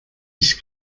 ich